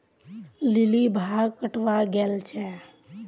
lily भांग कटावा गले छे